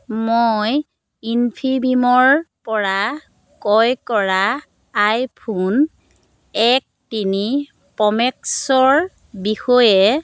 মই ইনফিবিমৰ পৰা ক্ৰয় কৰা আইফোন এক তিনি প্ৰ' মেক্সৰ বিষয়ে